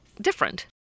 different